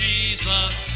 Jesus